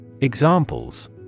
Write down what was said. Examples